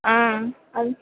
ஆ